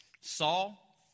Saul